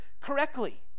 correctly